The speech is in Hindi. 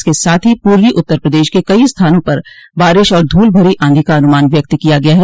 इसके साथ ही पूर्वी उत्तर प्रदेश के कई स्थानों पर बारिश और धूलभरी आंधी का अनुमान व्यक्त किया गया है